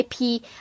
IP